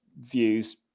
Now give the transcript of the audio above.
views